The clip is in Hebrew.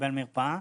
קיבל מרפאה,